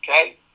Okay